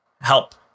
help